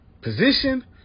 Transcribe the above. position